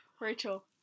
Rachel